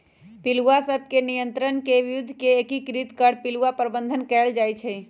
पिलुआ सभ के नियंत्रण के विद्ध के एकीकृत कर पिलुआ प्रबंधन कएल जाइ छइ